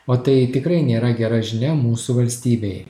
o tai tikrai nėra gera žinia mūsų valstybei